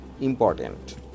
important